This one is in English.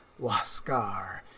Waskar